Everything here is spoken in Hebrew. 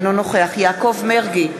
אינו נוכח יעקב מרגי,